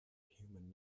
human